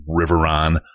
Riveron